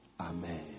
Amen